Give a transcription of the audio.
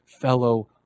fellow